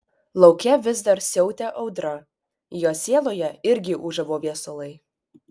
lauke vis dar siautė audra jo sieloje irgi ūžavo viesulai